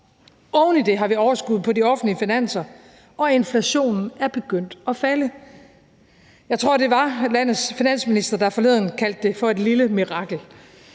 Oven i det har vi overskud på de offentlige finanser, og inflationen er begyndt at falde. Jeg tror, det var landets finansminister, der forleden kaldte det for et lille mirakel.